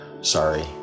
sorry